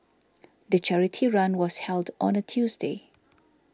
the charity run was held on a Tuesday